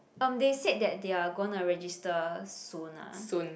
um they said that they are gonna register soon lah